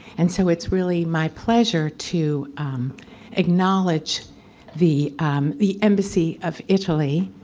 and so it's really my pleasure to acknowledge the um the embassy of italy,